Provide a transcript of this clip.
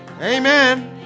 Amen